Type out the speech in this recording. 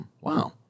Wow